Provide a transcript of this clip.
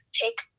take